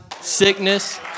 sickness